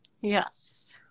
Yes